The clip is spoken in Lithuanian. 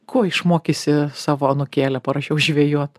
ko išmokysi savo anūkėlę parašiau žvejot